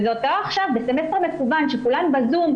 זה קורה עכשיו, בסמסטר מקוון, כשכולן בזום.